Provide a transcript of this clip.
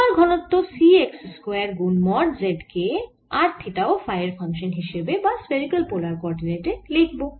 এবার ঘনত্ব C x square গুন মড z কে r থিটা ও ফাই এর ফাংশান হিসেবে বা স্ফেরিকাল পোলার কোঅরডিনেটে লিখব